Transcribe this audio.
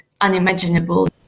unimaginable